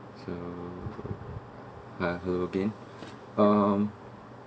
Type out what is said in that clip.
so I go again um